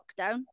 lockdown